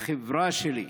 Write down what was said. החברה שלי,